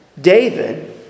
David